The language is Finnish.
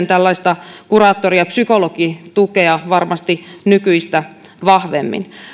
tällaista kuraattori ja psykologitukea varmasti nykyistä vahvemmin